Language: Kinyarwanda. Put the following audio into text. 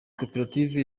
koperative